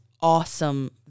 awesome